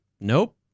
nope